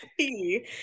see